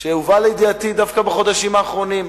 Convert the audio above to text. שהובאה לידיעתי דווקא בחודשים האחרונים.